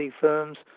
firms